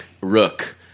Rook